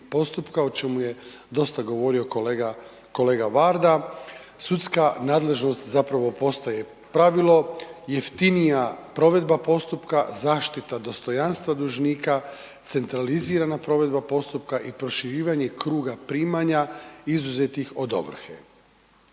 postupka, o čemu je dosta govorio kolega Varda. Sudska nadležnost zapravo postaje pravilo, jeftinija provedba postupka, zaštita dostojanstva dužnika, centralizirana provedba postupka i proširivanje kruga primanja izuzetih od ovrhe.